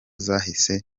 zahise